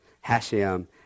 Hashem